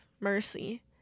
mercy